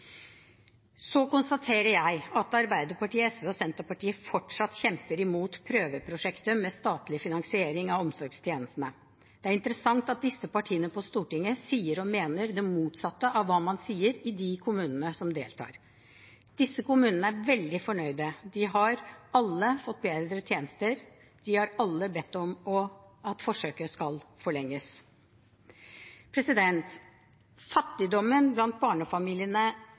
Så konstaterer jeg at Arbeiderpartiet, SV og Senterpartiet fortsatt kjemper imot prøveprosjektet med statlig finansiering av omsorgstjenestene. Det er interessant at disse partiene på Stortinget sier og mener det motsatte av hva man sier i kommunene som deltar. Disse kommunene er veldig fornøyd, de har alle fått bedre tjenester og har alle bedt om at forsøket forlenges. Fattigdommen blant barnefamiliene